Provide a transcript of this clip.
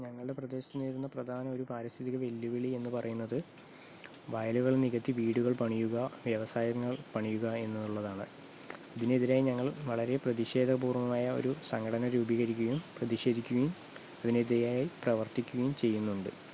ഞങ്ങളുടെ പ്രദേശത്ത് നേരിടുന്ന പ്രധാന ഒരു പാരിസ്ഥിക വെല്ലുവിളി എന്ന് പറയുന്നത് വയലുകൾ നികത്തി വീടുകൾ പണിയുക വ്യവസായങ്ങൾ പണിയുക എന്നുള്ളതാണ് ഇതിനെതിരെ ഞങ്ങൾ വളരെ പ്രധിഷേധ പൂർണ്ണമായ ഒരു സംഘടന രൂപീകരിക്കുകയും പ്രതിഷേധിക്കുകയും അതിനെതിരെ ആയി പ്രവർത്തിക്കുകയും ചെയ്യുന്നുണ്ട്